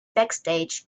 backstage